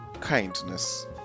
kindness